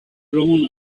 blown